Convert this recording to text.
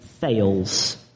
fails